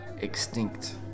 extinct